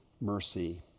mercy